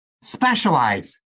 specialize